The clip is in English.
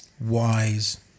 wise